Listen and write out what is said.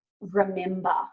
remember